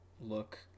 look